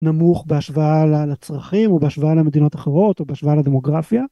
נמוך בהשוואה ל.. לצרכים או בהשוואה למדינות אחרות או בהשוואה לדמוגרפיה.